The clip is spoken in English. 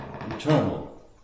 eternal